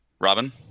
Robin